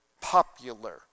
popular